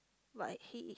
but it he's